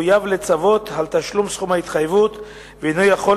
מחויב לצוות על תשלום סכום ההתחייבות ואינו יכול